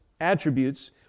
attributes